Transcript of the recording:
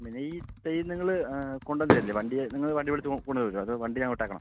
പിന്നെ ഈ തൈ നിങ്ങൾ കൊണ്ടുവന്ന് തരില്ലേ വണ്ടി നിങ്ങൾ വണ്ടി വിളിച്ച് കൊണ്ട് വരില്ലേ അതോ വണ്ടി ഞാൻ വിട്ടേക്കണോ